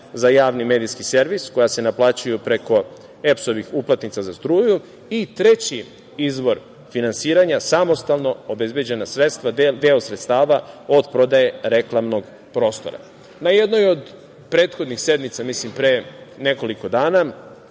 za javni medijski servis koja se naplaćuju preko EPS-ovih uplatnica za struju. Imamo i treći izvor finansiranja – samostalno obezbeđena sredstva, deo sredstava od prodaje reklamnog prostora. Na jednoj od prethodnih sednica, pre nekoliko dana,